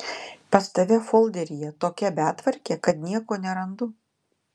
pas tave folderyje tokia betvarkė kad nieko nerandu